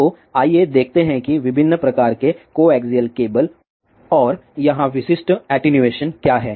तो आइए देखते हैं कि विभिन्न प्रकार के कोएक्सियल केबल और यहां विशिष्ट एटीन्यूएशन क्या हैं